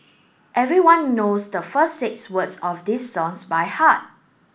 everyone knows the first six words of this songs by heart